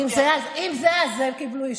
אם זה כך, אז הם קיבלו אישור.